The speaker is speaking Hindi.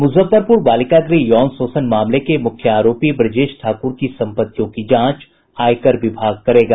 मुजफ्फरपुर बालिका गृह यौन शोषण मामले के मुख्य आरोपी ब्रजेश ठाकुर की संपत्तियों की जांच आयकर विभाग करेगा